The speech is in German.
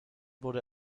wurde